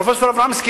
פרופסור אברמסקי,